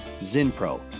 Zinpro